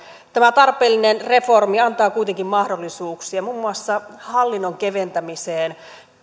tämä tarpeellinen reformi antaa kuitenkin mahdollisuuksia muun muassa hallinnon keventämiseen